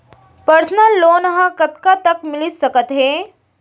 Personal loan ह कतका तक मिलिस सकथे?